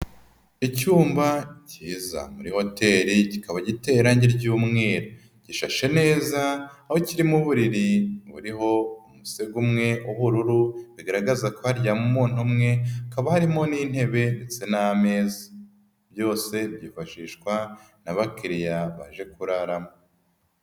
Icyumba kiza muri hoteli, kikaba giteye irange ry'umweru. Gishashe neza aho kirimo uburiri buriho umusego umwe w'ubururu. Bigaragaza ko haryama umuntu umwe. Hakaba harimo n'intebe ndetse n'ameza. Byose byifashishwa n'abakiriya baje kuraramo.